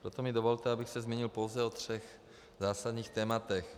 Proto mi dovolte, abych se zmínil pouze o třech zásadních tématech.